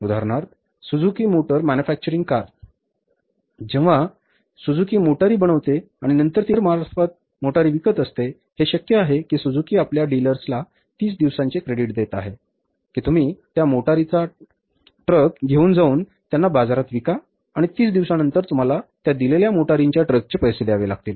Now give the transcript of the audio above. उदाहरणार्थ Suzuki motor manufacturing car जेव्हा Suzuki मोटारी बनविते आणि नंतर ती बाजारातल्या डीलर्समार्फत मोटारी विकत असतात हे शक्य आहे की सुझुकी आपल्या डीलर्सना 30 दिवसांचे क्रेडिट देत आहे की तुम्ही त्त्या मोटारींचा ट्रक घेऊन जाऊन त्यांना बाजारात विका आणि 30 दिवसांनंतर तुम्हाला त्या दिलेल्या मोटारींच्या ट्रकचे पैसे द्यावे लागतील